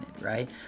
Right